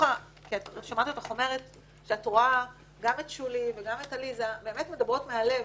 שמעתי שאת אומרת שאת רואה גם את שולי וגם עליזה מדברות מהלב.